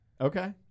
Okay